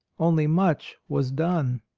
only much was done.